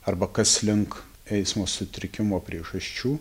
arba kas link eismo sutrikimo priežasčių